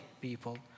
people